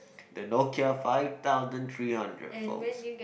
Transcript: the Nokia five thousand three hundred folks